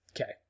Okay